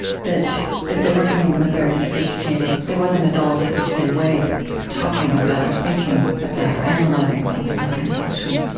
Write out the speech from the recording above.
that that there wasn't even a very sophisticated there wasn't at all a sophisticated way of talking about or thinking about or analyzing something like compassion